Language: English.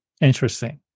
Interesting